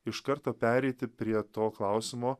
iš karto pereiti prie to klausimo